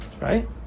Right